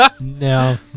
no